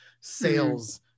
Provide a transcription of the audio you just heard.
sales